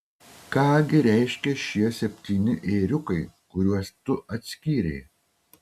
ką gi reiškia šie septyni ėriukai kuriuos tu atskyrei